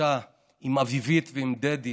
מפגישה עם אביבית ועם דדי,